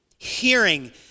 hearing